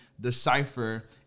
decipher